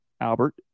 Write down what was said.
Albert